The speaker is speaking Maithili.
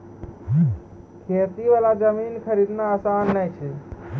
खेती वाला जमीन खरीदना आसान नय छै